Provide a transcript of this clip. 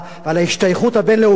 ועל ההשתייכות הבין-לאומית,